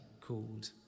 called